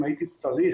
אם הייתי צריך